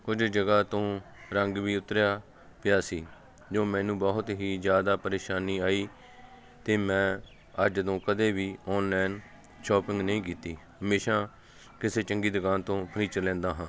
ਕੁਝ ਜਗ੍ਹਾ ਤੋਂ ਰੰਗ ਵੀ ਉਤਰਿਆ ਪਿਆ ਸੀ ਜੋ ਮੈਨੂੰ ਬਹੁਤ ਹੀ ਜ਼ਿਆਦਾ ਪਰੇਸ਼ਾਨੀ ਆਈ ਅਤੇ ਮੈਂ ਅੱਜ ਤੋਂ ਕਦੇ ਵੀ ਔਨਲੈਨ ਸ਼ੋਪਿੰਗ ਨਹੀਂ ਕੀਤੀ ਹਮੇਸ਼ਾ ਕਿਸੇ ਚੰਗੀ ਦੁਕਾਨ ਤੋਂ ਫਰਨੀਚਰ ਲੈਂਦਾ ਹਾਂ